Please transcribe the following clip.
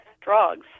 drugs